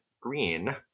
green